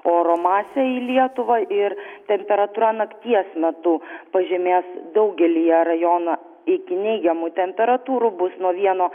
oro masę į lietuvą ir temperatūra nakties metu pažemės daugelyje rajonų iki neigiamų temperatūrų bus nuo vieno